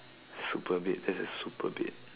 super bed that's a super bed